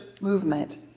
movement